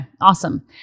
awesome